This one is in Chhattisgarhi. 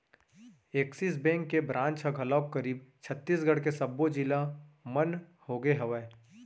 ऐक्सिस बेंक के ब्रांच ह घलोक करीब छत्तीसगढ़ के सब्बो जिला मन होगे हवय